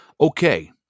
Okay